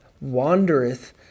wandereth